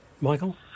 Michael